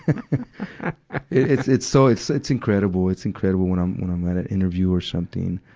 it's, it's, it's so, it's it's incredible. it's incredible when i'm, when i'm at an interview or something.